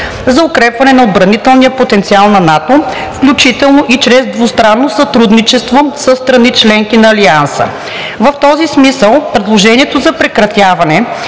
за укрепване на отбранителния потенциал на НАТО, включително и чрез двустранно сътрудничество със страни – членки на Алианса. В този смисъл предложението за прекратяването